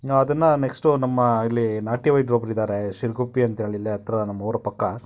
ನಾವು ಅದನ್ನ ನೆಕ್ಸ್ಟು ನಮ್ಮ ಇಲ್ಲಿ ನಾಟಿ ವೈದ್ಯರೊಬ್ರಿದಾರೆ ಶಿರಗುಪ್ಪಿ ಅಂತೇಳಿ ಇಲ್ಲೇ ಹತ್ತಿರ ನಮ್ಮೂರ ಪಕ್ಕ